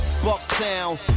Bucktown